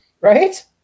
Right